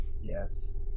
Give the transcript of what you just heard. Yes